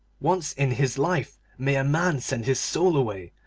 once in his life may a man send his soul away,